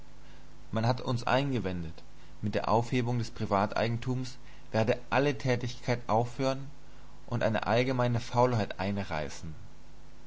man hat eingewendet mit der aufhebung des privateigentums werde alle tätigkeit aufhören und eine allgemeine faulheit einreißen